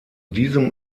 diesem